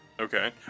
Okay